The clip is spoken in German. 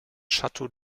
château